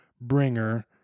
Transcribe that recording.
Bringer